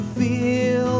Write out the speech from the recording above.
feel